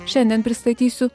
šiandien pristatysiu